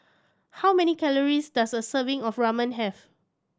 how many calories does a serving of Ramen have